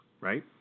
Right